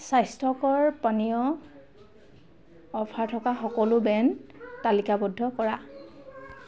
স্বাস্থ্যকৰ পানীয় অফাৰ থকা সকলো ব্ৰেণ্ড তালিকাবদ্ধ কৰা